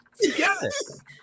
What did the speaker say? Yes